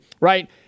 right